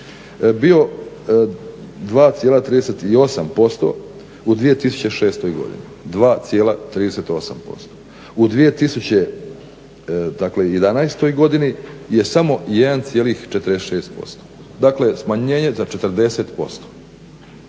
bio 2,38% u 2006. godini, 2,38%. U 2011. godini je samo 1,46%. Dakle, smanjenje za 40%.